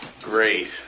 great